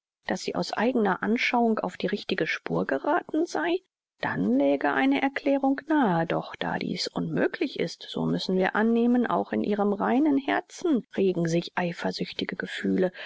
daß sie aus eigener anschauung auf die richtige spur gerathen sei dann läge eine erklärung nahe doch da dieß unmöglich ist so müssen wir annehmen auch in ihrem reinen herzen regen sich eifersüchtige gefühle